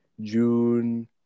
June